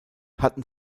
hatten